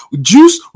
Juice